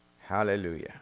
Hallelujah